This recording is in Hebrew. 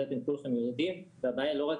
ואת זה אתם כולכם יודעים והבעיה היא לא רק